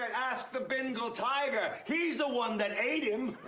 ask the bengal tiger! he's the one that ate him!